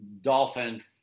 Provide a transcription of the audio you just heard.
dolphin